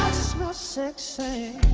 smell sex